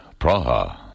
Praha